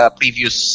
previous